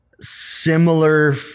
similar